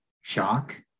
shock